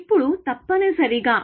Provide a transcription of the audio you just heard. ఇప్పుడు తప్పనిసరిగా